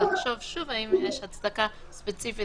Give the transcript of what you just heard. הוועדה רשאית